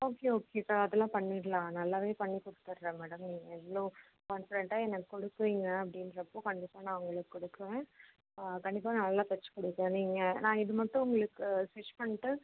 okay okay so அதெல்லாம் பண்ணிடலாம் நல்லா பண்ணிக் கொடுத்துட்றேன் மேடம் நீங்கள் இவ்வளோ கான்ஃபிடெண்ட்டாக எனக்கு கொடுக்குறீங்க அப்படின்றப்போ கண்டிப்பாக நான் உங்களுக்கு கொடுக்குறேன் கண்டிப்பாக நல்லா தைச்சி கொடுப்பேன் நீங்கள் நான் இது மட்டும் உங்களுக்கு ஸ்டிச் பண்ணிட்டு